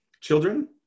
children